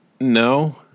No